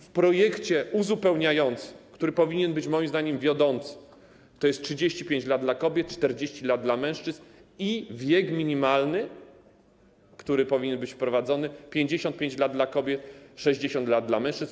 W projekcie uzupełniającym, który powinien być moim zdaniem wiodącym, to jest 35 lat dla kobiet, 40 lat dla mężczyzn, a wiek minimalny, który powinien być wprowadzony, to 55 lat dla kobiet, 60 lat dla mężczyzn.